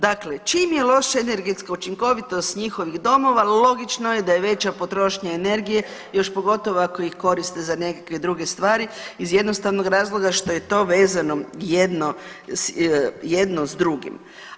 Dakle čim je loša energetska učinkovitost njihovih domova, logično je da je veća potrošnja energije, još pogotovo ako ih koriste za nekakve druge stvari, iz jednostavnog razloga što je vezano jedno s drugim.